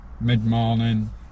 mid-morning